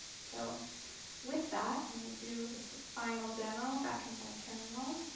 so with that, i will do this final demo back in my terminal.